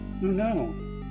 no